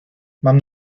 mam